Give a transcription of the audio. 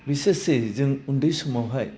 बिसोसै जों उन्दै समावहाय